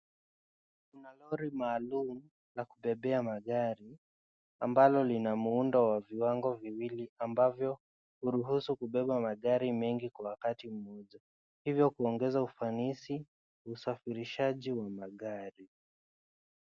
Lori maalum la kubebea magari ambalo lina muundo wa viwango viwili ambavyo huruhusu kujaza magari mengi kwa wakati mmoja hivyo kuongeza ufanisi wa usafirishaji wa magari.